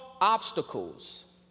obstacles